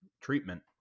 treatment